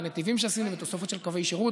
שזה הנתיבים שעשינו ותוספות של קווי שירות,